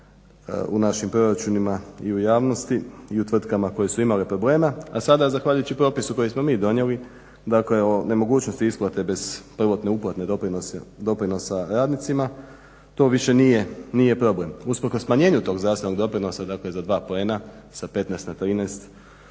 u našim proračunima i u javnosti i u tvrtkama koje su imale problema, a sada je zahvaljujući propisu koji smo mi donijeli, dakle o nemogućnosti isplate bez prvotne uplate doprinosa radnicima, to više nije problem. Usprkos smanjenju tog zasebnog doprinosa dakle za 2 poena, sa 15 na 13%